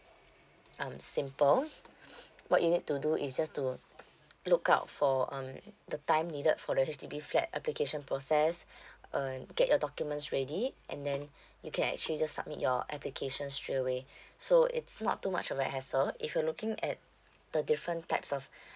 um simple what you need to do is just to look out for um the time needed for the H_D_B flat application process uh get your documents ready and then you can actually just submit your application straight away so it's not too much of a hassle if you're looking at the different types of